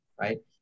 right